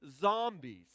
zombies